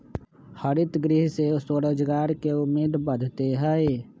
हरितगृह से स्वरोजगार के उम्मीद बढ़ते हई